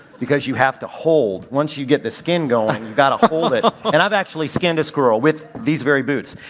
because you have to hold, once you get the skin going, you've gotta hold it and i've actually skinned a squirrel with these very boots.